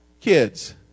kids